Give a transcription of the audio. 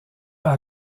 pas